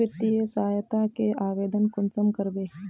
वित्तीय सहायता के आवेदन कुंसम करबे?